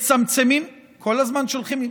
מצמצמים, כל הזמן שולחים לי.